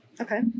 okay